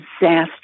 disaster